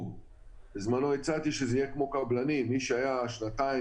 בזמנו הצעתי שזה יהיה כמו קבלנים - שמי ששנתיים